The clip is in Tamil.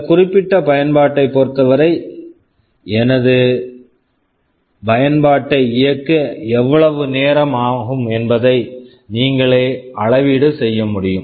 சில குறிப்பிட்ட பயன்பாட்டைப் பொறுத்தவரை எனது அப்ளிகேஷன் application -ஐ இயக்க எவ்வளவு நேரம் ஆகும் என்பதை நீங்களே அளவீடு செய்ய முடியும்